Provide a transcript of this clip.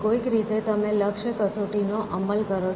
કોઈક રીતે તમે લક્ષ્ય કસોટીનો અમલ કરો છો